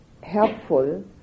helpful